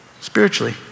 spiritually